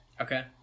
Okay